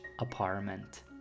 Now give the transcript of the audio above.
apartment